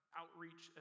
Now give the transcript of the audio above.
outreach